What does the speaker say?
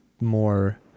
more